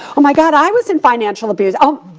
oh my god, i was in financial abuse. oh,